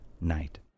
night